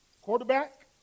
Quarterback